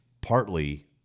partly